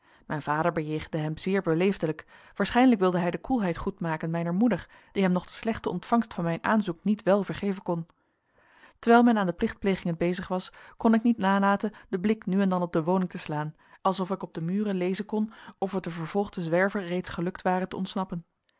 mijn vader bejegende hem zeer beleefdelijk waarschijnlijk wilde hij de koelheid goedmaken mijner moeder die hem nog de slechte ontvangst van mijn aanzoek niet wel vergeven kon terwijl men aan de plichtplegingen bezig was kon ik niet nalaten den blik nu en dan op de woning te slaan alsof ik op de muren lezen kon of het den vervolgden zwerver reeds gelukt ware te ontsnappen